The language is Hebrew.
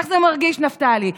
איך זה מרגיש, נפתלי?